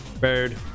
Bird